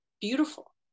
Beautiful